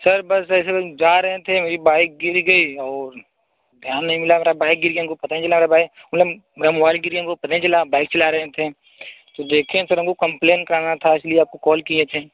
sir बस ऐसे हम जा रहे थे एक बाइक गिर गई और ध्यान नहीं मिला मेरा बाइक गिर गई हमको पता ही नहीं चला हम बाइक चला रहे थे तो देखे सर हमको कम्पलेन करना था तो कॉल किए थे